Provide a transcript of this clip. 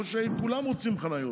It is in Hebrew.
ראשי העיר, כולם רוצים חניות,